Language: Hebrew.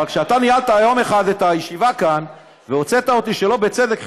אבל כשאתה ניהלת יום אחד את הישיבה כאן והוצאת אותי שלא בצדק,